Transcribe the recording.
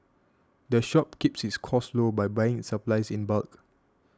the shop keeps its costs low by buying its supplies in bulk